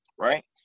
right